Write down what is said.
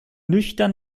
nüchtern